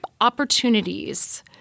opportunities –